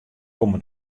komme